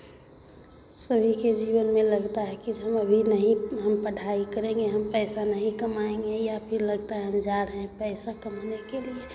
सभी के जीवन में लगता है कि जो हम अभी नहीं हम पढ़ाई करेंगे हम पैसा नहीं कमाएंगे या फिर लगता है हम जा रहे हैं पैसा कमाने के लिए